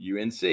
UNC